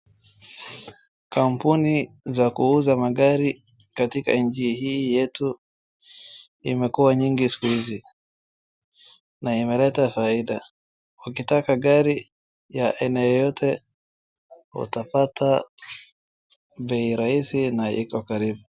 Kampuni za kuuza magari katika nchi hii yetu imekuwa nyingi siku hizi, na imeleta faida. Ukitaka gari ya aina yoyote, utapata bei rahisi na iko karibu.